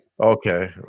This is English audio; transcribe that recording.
Okay